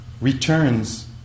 returns